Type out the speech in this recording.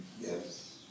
Yes